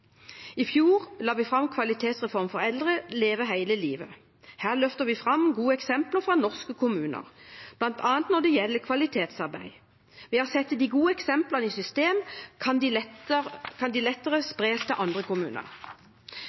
I fjor la vi fram en kvalitetsreform for eldre, Leve hele livet. Her løfter vi fram gode eksempler fra norske kommuner, bl.a. når det gjelder kvalitetsarbeid. Vi har sett at når de gode eksemplene settes i system, kan de lettere spres til andre kommuner.